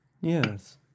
Yes